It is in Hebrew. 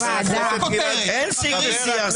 --- כותרת --- אין שיג ושיח.